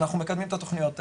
אנחנו מקדמים את התוכניות האלה.